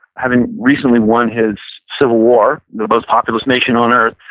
having recently won his civil war, the most populous nation on earth,